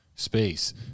Space